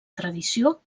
tradició